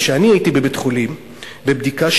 כשהייתי בבית-החולים בבדיקה,